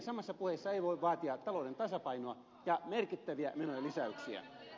samassa puheessa ei voi vaatia talouden tasapainoa ja merkittäviä menojen lisäyksiä